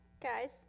guys